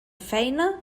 feina